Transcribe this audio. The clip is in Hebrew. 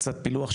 קצת פילוח,